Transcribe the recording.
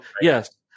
yes